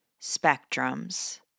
spectrums